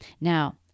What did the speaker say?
Now